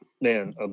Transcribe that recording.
man